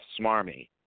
smarmy